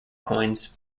coins